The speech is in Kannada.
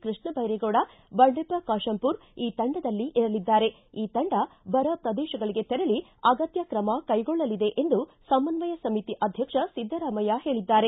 ಕೃಷ್ಣ ಭೈರೇಗೌಡ ಬಂಡೆಪ್ಷ ಖಾಶಂಪೂರ ಅವರು ಈ ತಂಡದಲ್ಲಿ ಇರಲಿದ್ದಾರೆ ಈ ತಂಡ ಬರ ಪ್ರದೇಶಗಳಿಗೆ ತೆರಳಿ ಅಗತ್ಯ ಕ್ರಮ ಕೈಗೊಳ್ಳಲಿದೆ ಎಂದು ಸಮನ್ವಯ ಸಮಿತಿ ಅಧ್ಯಕ್ಷ ಸಿದ್ದರಾಮಯ್ಯ ಹೇಳಿದ್ದಾರೆ